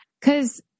Cause